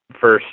first